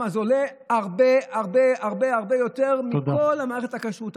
זה עולה הרבה הרבה הרבה יותר מכל מערכת הכשרות.